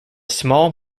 small